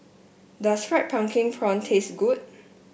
does fried pumpkin prawn taste good